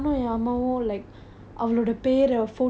wait wait wait what do you mean